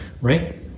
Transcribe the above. Right